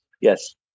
yes